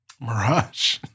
Mirage